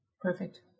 perfect